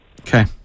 Okay